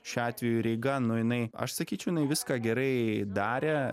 šiuo atveju reigan nu jinai aš sakyčiau jinai viską gerai darė